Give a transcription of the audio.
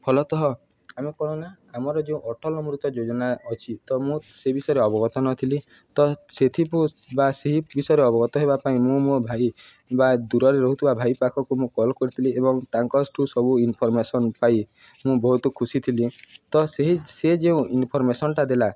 ଫଲତଃ ଆମେ କ'ଣ ନା ଆମରଯେଉଁ ଅଟଲ ମୃତ ଯୋଜନା ଅଛି ତ ମୁଁ ସେ ବିଷୟରେ ଅବଗତ ନଥିଲି ତ ସେଥିପ ବା ସେହି ବିଷୟରେ ଅବଗତ ହେବା ପାଇଁ ମୁଁ ମୋ ଭାଇ ବା ଦୂରରେ ରହୁଥିବା ଭାଇ ପାଖକୁ ମୁଁ କଲ୍ କରିଥିଲି ଏବଂ ତାଙ୍କଠୁ ସବୁ ଇନଫର୍ମେସନ୍ ପାଇ ମୁଁ ବହୁତ ଖୁସି ଥିଲି ତ ସେହି ସେ ଯେଉଁ ଇନଫର୍ମେସନ୍ଟା ଦେଲା